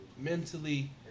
mentally